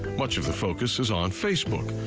much of the focus is on facebook.